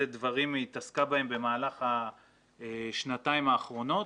דברים היא התעסקה במהלך השנתיים האחרונות.